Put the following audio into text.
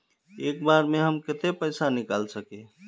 एक बार में हम केते पैसा निकल सके?